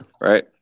right